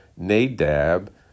Nadab